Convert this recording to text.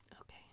Okay